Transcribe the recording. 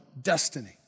destiny